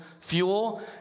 fuel